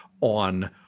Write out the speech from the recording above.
on